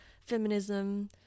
feminism